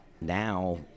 now